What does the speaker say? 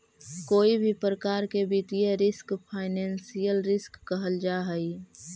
कोई भी प्रकार के वित्तीय रिस्क फाइनेंशियल रिस्क कहल जा हई